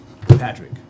Patrick